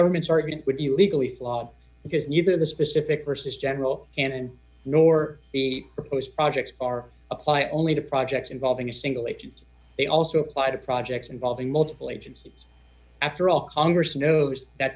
government's argument would be legally flawed because neither the specific versus general and nor the proposed projects are apply only to projects involving a single agent they also by the projects involving multiple agencies after all congress knows that